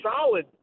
solid